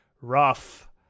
Rough